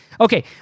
Okay